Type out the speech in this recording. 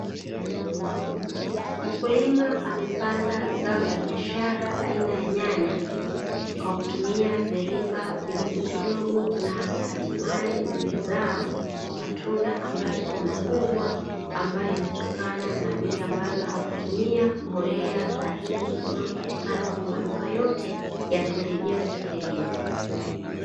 Mkulima amepanda zao la biashara aina ya nyanya kwa kutumia viriba vidogovidogo hatimaye zimezaa matunda ambayo sio makubwa, ambayo imetokana na vile ambavyo hakutumia mbolea sahihi inayopatikana kwenye maduka yote ya pembejeo za kilimo.